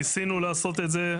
ניסינו לעשות את זה,